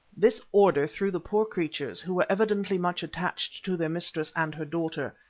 this order threw the poor creatures, who were evidently much attached to their mistress and her daughter,